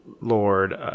Lord